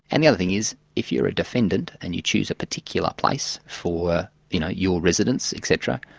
and the other thing is, if you're a defendant and you choose a particular place for you know your residence etc,